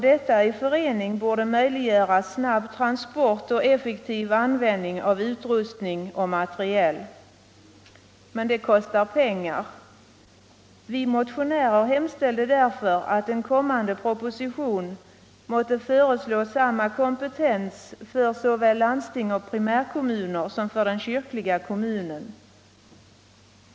Detta i förening borde möjliggöra snabb transport och effektiv användning av utrustning och materiel. Men det kostar pengar. Vi motionärer hemställde därför att en kommande proposition måtte föreslå samma kompetens för såväl landsting och primärkommuner som för den kyrkliga kommunen, församlingen.